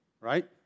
right